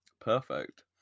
Perfect